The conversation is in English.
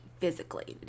physically